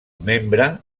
membre